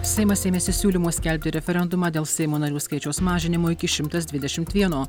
seimas ėmėsi siūlymo skelbti referendumą dėl seimo narių skaičiaus mažinimo iki šimtas dvidešimt vieno